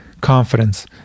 confidence